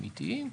הם איטיים.